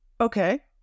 Okay